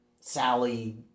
Sally